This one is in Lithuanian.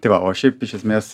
tai va o šiaip iš esmės